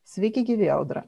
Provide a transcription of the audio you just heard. sveiki gyvi audra